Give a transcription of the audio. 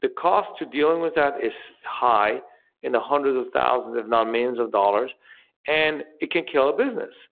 the cost to dealing with that is high in the hundreds of thousands, if not millions of dollars and it can kill a business